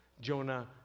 Jonah